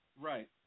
Right